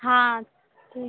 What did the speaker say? हां ठीक